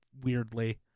weirdly